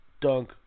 Dunk